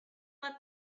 let